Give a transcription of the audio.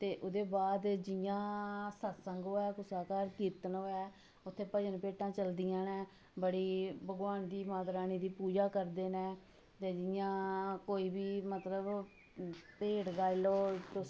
ते उ'दे बाद जि'यां सत्संग होऐ कुसा घर कीर्तन होऐ उत्थै भजन भेटां चलदियां न बड़ी भगवान दी माता रानी दी पूजा करदे न ते जि'यां कोई बी मतलब भेंट गाई लाओ तुस